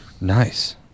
Nice